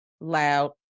loud